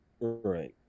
Right